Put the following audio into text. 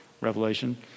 Revelation